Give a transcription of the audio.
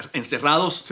encerrados